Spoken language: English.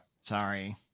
Sorry